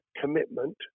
commitment